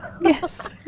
yes